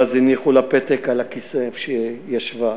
ואז הניחו לה פתק על הכיסא שבו היא ישבה,